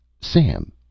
sam